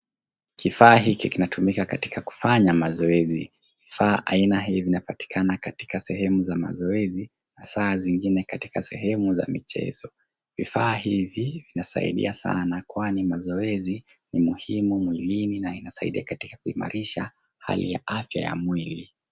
Kifaa hiki kinatumika katika kufanya mazoezi. Vifaa aina hii vinapatikana katika sehemu za mazoezi, na saa zingine katika sehemu za michezo. Vifaa hivi, vinasaidia sana kwani mazoezi ni muhimu mwilini na inasaidia katika kuimarisha, hali ya afya ya mwili.